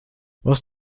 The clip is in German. was